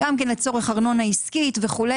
לצורך ארנונה עסקית וכו'.